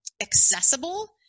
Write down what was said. accessible